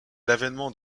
l’avènement